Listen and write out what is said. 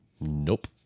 Nope